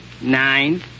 nine